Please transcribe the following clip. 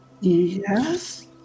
Yes